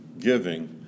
giving